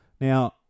Now